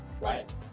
right